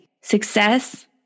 Success